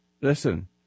Listen